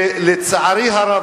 שלצערי הרב,